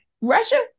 Russia